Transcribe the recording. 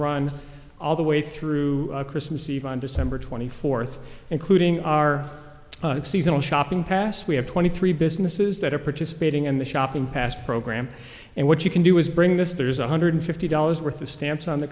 run all the way through christmas eve on december twenty fourth including our own it seasonal shopping pass we have twenty three businesses that are participating in the shopping pass program and what you can do is bring this there is one hundred fifty dollars worth of stamps on the